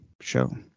show